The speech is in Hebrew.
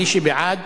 מי שבעד